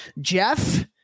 Jeff